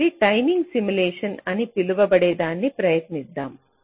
కాబట్టి timing simulation అని పిలువబడేదాన్ని ప్రయత్నిద్దాం